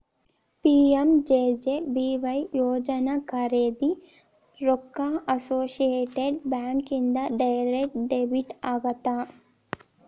PMJJBY ಯೋಜನಾ ಖರೇದಿ ರೊಕ್ಕ ಅಸೋಸಿಯೇಟೆಡ್ ಬ್ಯಾಂಕ್ ಇಂದ ಡೈರೆಕ್ಟ್ ಡೆಬಿಟ್ ಆಗತ್ತ